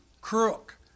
crook